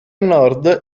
nord